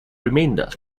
remainder